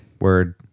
word